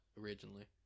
originally